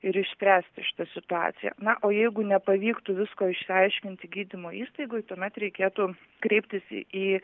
ir išspręsti šitą situaciją na o jeigu nepavyktų visko išsiaiškinti gydymo įstaigoj tuomet reikėtų kreiptis į